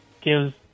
gives